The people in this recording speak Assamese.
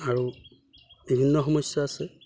আৰু বিভিন্ন সমস্যা আছে